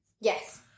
Yes